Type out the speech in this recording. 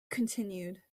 continued